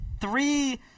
three